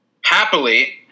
Happily